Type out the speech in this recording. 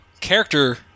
character